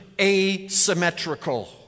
asymmetrical